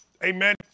Amen